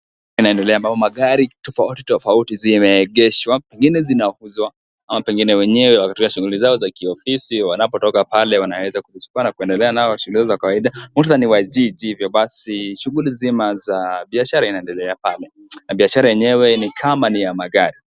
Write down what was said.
Eneo ambalo magari tofautitofauti zimeegeshwa, pengine zinauzwa au penginewenyewe wako katika shughuli zao za kiofisi wanapotoka pale wanaweza kuzichukua na kuendelea na shughuli zao za kawaida. Muktadha ni wa jiji hivyo basi shughuli nzima za biashara inaendela pale na biashara yenyewe ni kama ni ya magari.